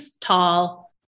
tall